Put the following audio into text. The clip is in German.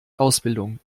ausbildung